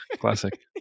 classic